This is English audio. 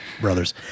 brothers